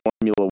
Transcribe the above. Formula